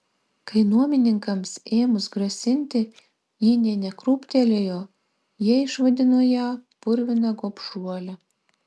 kai nuomininkams ėmus grasinti ji nė nekrūptelėjo jie išvadino ją purvina gobšuole